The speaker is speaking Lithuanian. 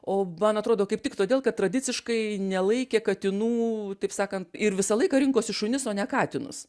o man atrodo kaip tik todėl kad tradiciškai nelaikė katinų taip sakant ir visą laiką rinkosi šunis o ne katinus